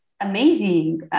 Amazing